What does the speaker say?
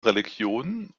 religionen